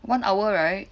one hour right